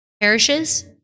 parishes